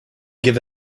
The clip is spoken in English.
give